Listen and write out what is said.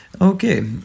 Okay